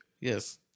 Yes